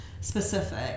specific